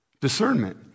Discernment